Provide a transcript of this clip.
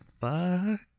fuck